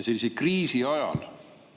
Sellise kriisi ajal,